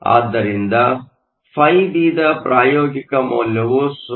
ಆದ್ದರಿಂದ φB ದ ಪ್ರಾಯೋಗಿಕ ಮೌಲ್ಯವು 0